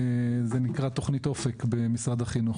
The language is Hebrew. זה נקרא תוכנית אופק במשרד החינוך.